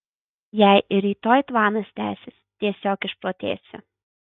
jei ir rytoj tvanas tęsis tiesiog išprotėsiu